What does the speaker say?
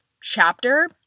chapter